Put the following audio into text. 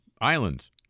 islands